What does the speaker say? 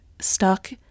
stuck